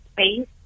space